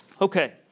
Okay